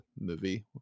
movie